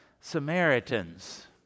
Samaritans